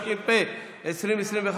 התשפ"א 2021,